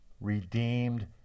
redeemed